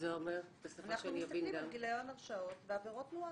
אנחנו מבקשים גיליון הרשעות בעבירות תנועה.